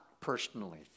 personally